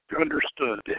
understood